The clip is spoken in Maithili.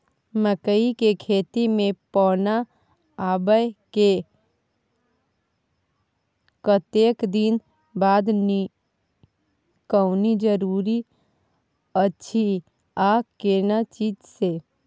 मकई के खेत मे पौना आबय के कतेक दिन बाद निकौनी जरूरी अछि आ केना चीज से?